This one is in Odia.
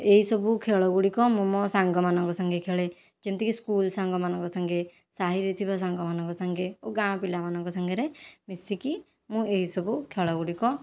ଏହିସବୁ ଖେଳ ଗୁଡ଼ିକ ମୁଁ ମୋ ସାଙ୍ଗମାନଙ୍କ ସାଙ୍ଗେ ଖେଳେ ଯେମିତି କି ସ୍କୁଲ ସାଙ୍ଗମାନଙ୍କ ସାଙ୍ଗେ ସାହିରେ ଥିବା ସାଙ୍ଗମାନଙ୍କ ସାଙ୍ଗେ ଓ ଗାଁ ପିଲାମାନଙ୍କ ସାଙ୍ଗରେ ମିଶିକି ମୁଁ ଏହିସବୁ ଖେଳ ଗୁଡ଼ିକ